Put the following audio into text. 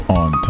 on